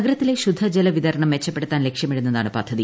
നഗരത്തിലെ ശുദ്ധ ജലവിതരണം മെച്ചപ്പെടുത്താൻ ലക്ഷ്യമിടുന്നതാണ് പദ്ധതി